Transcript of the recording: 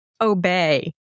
obey